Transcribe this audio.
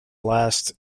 last